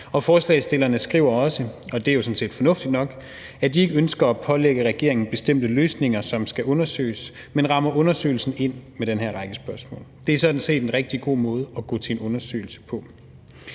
Forslagsstillerne skriver sådan set fornuftigt nok også, at de ikke ønsker at pålægge regeringen bestemte løsninger, som skal undersøges, men de rammer undersøgelsen ind med den her række spørgsmål. Det er sådan set en rigtig god måde at gå til en undersøgelse på.